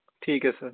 ਠੀਕ ਹੈ ਸਰ